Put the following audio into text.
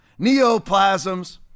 neoplasms